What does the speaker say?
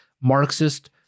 Marxist